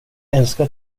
älskar